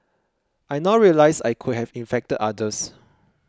I now realise I could have infected others